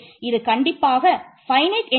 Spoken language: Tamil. இந்த ஃபீல்ட்